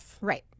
Right